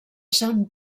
sant